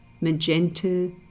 magenta